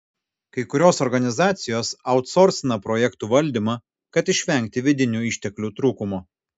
kai kurios organizacijos autsorsina projektų valdymą kad išvengti vidinių išteklių trūkumo